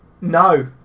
No